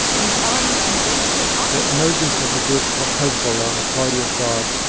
whose army invaded an. ah the emergence of a group called hezbollah, the party of god,